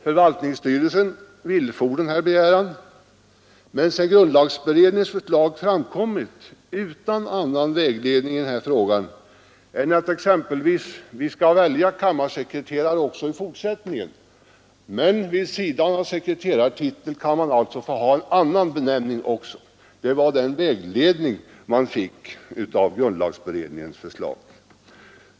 Förvaltningsstyrelsen villfor denna begäran, men grundlagberedningens förslag gav ingen annan vägledning i den här frågan än att vi skall välja kammarsekreterare också i fortsättningen men att man vid sidan av sekreterartiteln kan ha en annan benämning. Det var den vägledning man fick av grundlagberedningens förslag.